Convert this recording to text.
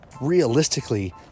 realistically